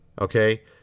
okay